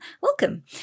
welcome